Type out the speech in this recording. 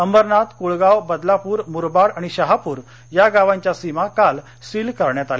अंबरनाथ कुळगाव बदलापूर मुखाड आणि शहापूर या गावांच्या सीमा काल सील करण्यात आल्या